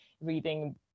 reading